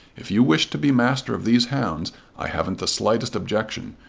if you wish to be master of these hounds i haven't the slightest objection,